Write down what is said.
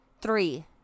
three